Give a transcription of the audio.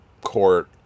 court